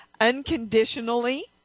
unconditionally